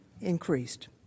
increased